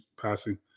passing